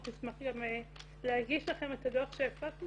אנחנו נשמח גם להגיש לכם את הדוח שהפקנו,